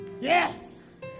Yes